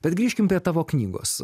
bet grįžkim prie tavo knygos